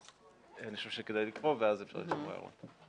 אני חושב שכדאי לקרוא, ואז אפשר לשמוע הערות.